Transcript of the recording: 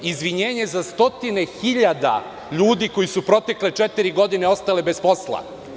Izvinjenje za stotine hiljada ljudi koji su protekle četiri godine ostali bez posla.